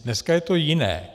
Dneska je to jiné.